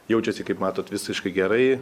jaučiasi kaip matot visiškai gerai